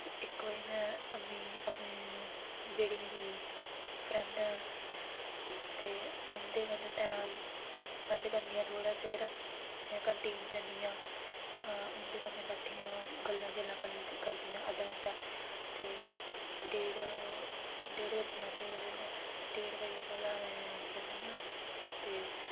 ते इक बजे में अपनी अपने जेह्ड़ी मेरी फ्रेंडां ते उ'न्दे कन्नै टैम स्पेंड करनी आं थोह्ड़े चिर ते कैन्टीन ज'न्नी आं उ'न्दे कन्नै बैठियै गल्लां शल्लां कर करदी आं अद्धा घैंटा ते डेढ़ डेढ़ बजी जंदे ओह्दे कोल ते डेढ़ बजे कोला में ज'न्नी आं ते